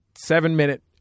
Seven-minute